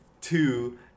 Two